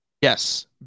Yes